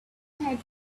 had